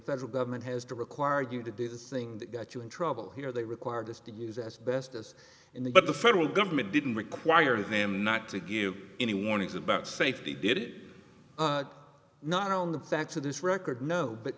federal government has to require you to do the thing that got you in trouble here they required us to use as best as in the but the federal government didn't require them not to give you any warnings about safety did it not on the facts of this record no but